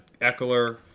Eckler